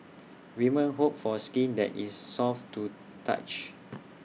women hope for skin that is soft to touch